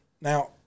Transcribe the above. Now